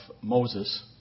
Moses